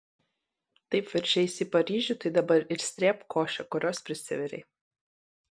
taip veržeisi į paryžių tai dabar ir srėbk košę kurios prisivirei